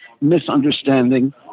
misunderstanding